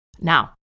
Now